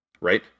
Right